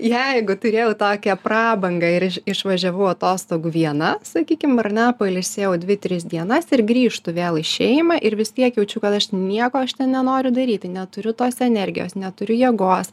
jeigu turėjau tokią prabangą ir iš išvažiavau atostogų viena sakykim ar ne pailsėjau dvi tris dienas ir grįžtu vėl į šeimą ir vis tiek jaučiu kad aš nieko aš ten nenoriu daryti neturiu tos energijos neturiu jėgos